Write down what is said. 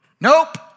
Nope